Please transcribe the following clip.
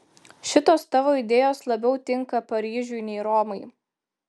šitos tavo idėjos labiau tinka paryžiui nei romai